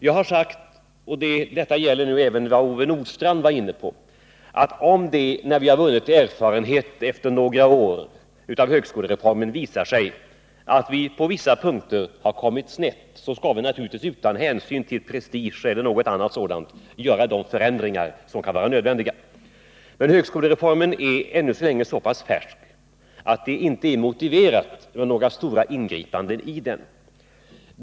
Jag har sagt tidigare —och detta gäller även vad Ove Nordstrandh var inne på — att om det visar sig, Nr 120 när vi efter några år har vunnit erfarenhet av högskolereformen, att vi på vissa Onsdagen den punkter har kommit snett, så skall vi naturligtvis utan hänsyn till prestige 4 april 1979 göra de förändringar som kan vara nödvändiga. Men högskolereformen är ännu så pass färsk att det inte är motiverat med några stora ingripanden i den.